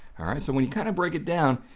alright, so when you kind of break it down,